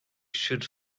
should